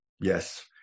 yes